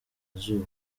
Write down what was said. izuba